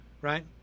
right